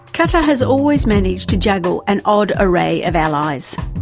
qatar has always managed to juggle an odd array of allies.